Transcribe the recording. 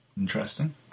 Interesting